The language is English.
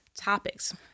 topics